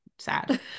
sad